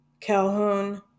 Calhoun